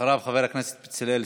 אחריו, חבר הכנסת בצלאל סמוטריץ'.